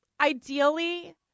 ideally